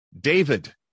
David